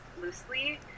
loosely